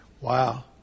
Wow